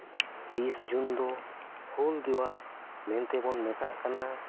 ᱛᱤᱥ ᱡᱩᱱ ᱫᱚ ᱦᱩᱞ ᱫᱤᱵᱚᱥ ᱢᱮᱱᱛᱮ ᱵᱚᱱ ᱢᱮᱛᱟᱜ ᱠᱟᱱᱟ